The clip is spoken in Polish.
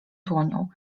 dłonią